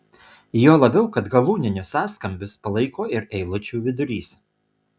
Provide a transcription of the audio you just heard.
juo labiau kad galūninius sąskambius palaiko ir eilučių vidurys